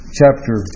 chapter